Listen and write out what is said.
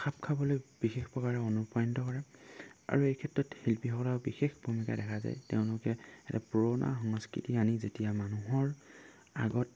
খাপ খাবলৈ বিশেষ প্ৰকাৰে অনুপ্ৰাণিত কৰে আৰু এই ক্ষেত্ৰত শিল্পীসকলৰ বিশেষ ভূমিকা দেখা যায় তেওঁলোকে এটা পুৰণা সংস্কৃতি আনি যেতিয়া মানুহৰ আগত